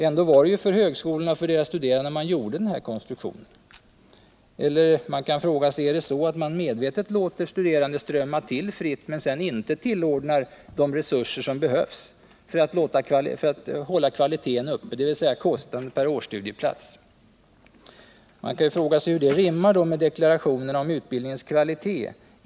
Ändå var det ju för högskolorna och deras studerande man gjorde konstruktionen. Eller är det så att man medvetet låter studerande strömma till fritt men inte tillordnar de resurser som behövs för att hålla kvaliteten, dvs. kostnaden per årsstudieplats, uppe? Hur rimmar det med deklarationerna om utbildningens kvalitet?